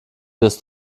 wirst